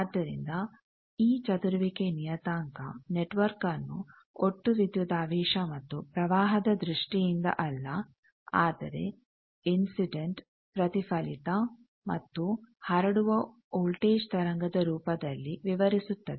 ಆದ್ದರಿಂದ ಈ ಚದುರುವಿಕೆ ನಿಯತಾಂಕ ನೆಟ್ವರ್ಕ್ನ್ನು ಒಟ್ಟು ವಿದ್ಯುದಾವೇಶ ಮತ್ತು ಪ್ರವಾಹದ ದೃಷ್ಟಿಯಿಂದ ಅಲ್ಲ ಆದರೆ ಇನ್ಸಿಡೆಂಟ್ ಪ್ರತಿಫಲಿತ ಮತ್ತು ಹರಡುವ ವೋಲ್ಟೇಜ್ ತರಂಗದ ರೂಪದಲ್ಲಿ ವಿವರಿಸುತ್ತದೆ